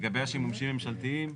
לגבי השימושים הממשלתיים,